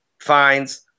fines